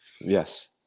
Yes